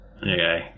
Okay